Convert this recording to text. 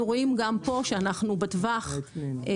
אנחנו רואים גם פה שאנחנו בטווח הירוק,